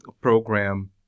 program